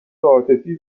عاطفی